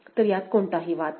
तर यात कोणताही वाद नाही